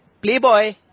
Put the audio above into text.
Playboy